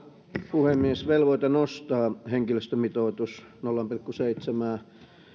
puhemies velvoite nostaa henkilöstömitoitus nolla pilkku seitsemään